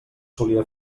solia